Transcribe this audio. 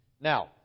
Now